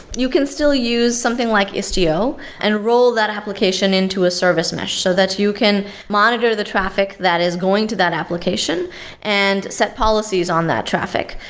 you can still use something like istio and roll that application into a service mesh so that you can monitor the traffic that is going to that application and set policies on that traffic.